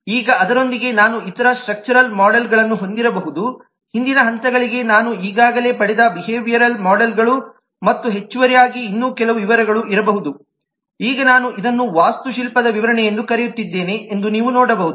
ಈಗ ಅದರೊಂದಿಗೆ ನಾನು ಇತರ ಸ್ಟ್ರಕ್ಚರಲ್ ಮಾಡೆಲ್ಗಳನ್ನು ಹೊಂದಿರಬಹುದು ಹಿಂದಿನ ಹಂತಗಳಿಂದ ನಾನು ಈಗಾಗಲೇ ಪಡೆದ ಬಿಹೇವಿಯರಲ್ ಮಾಡೆಲ್ ಗಳು ಮತ್ತು ಹೆಚ್ಚುವರಿಯಾಗಿ ಇನ್ನೂ ಕೆಲವು ವಿವರಗಳು ಇರಬಹುದು ಈಗ ನಾನು ಇದನ್ನು ವಾಸ್ತುಶಿಲ್ಪದ ವಿವರಣೆಯೆಂದು ಕರೆಯುತ್ತಿದ್ದೇನೆ ಎಂದು ನೀವು ನೋಡಬಹುದು